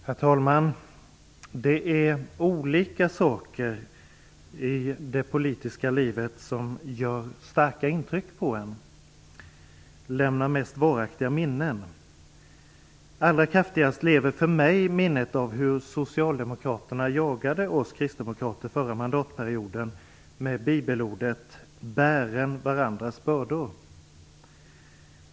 Herr talman! Det är olika saker i det politiska livet som gör starkt intryck på en, som lämnar de mest varaktiga minnena. Allra kraftigast lever för mig minnet av hur socialdemokraterna förra mandatperioden jagade oss kristdemokrater med bibelordet "Bären varandras bördor".